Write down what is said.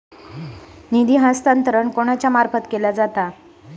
निधी हस्तांतरण कोणाच्या मार्फत केला जाता?